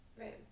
right